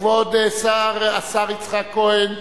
כבוד השר יצחק כהן,